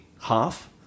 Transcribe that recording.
half